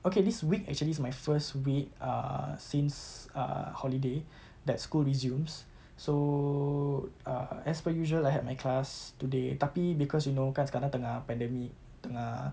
okay this week actually is my first week err since err holiday that school resumes so err as per usual I had my class today tapi because you know kan sekarang tengah pandemic tengah